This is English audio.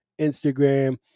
Instagram